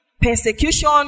persecution